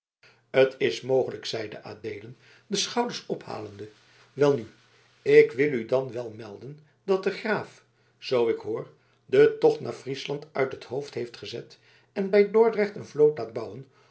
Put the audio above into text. t is mogelijk zeide adeelen de schouders ophalende welnu ik wil u dan wel melden dat de graaf zoo ik hoor den tocht naar friesland uit het hoofd heeft gezet en bij dordrecht een vloot laat bouwen